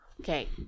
Okay